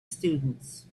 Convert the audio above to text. students